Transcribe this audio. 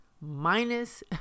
Minus